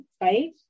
right